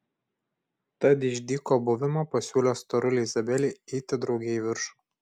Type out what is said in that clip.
tad iš dyko buvimo pasiūlė storulei izabelei eiti drauge į viršų